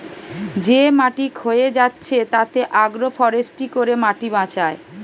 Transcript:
যে মাটি ক্ষয়ে যাচ্ছে তাতে আগ্রো ফরেষ্ট্রী করে মাটি বাঁচায়